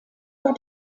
war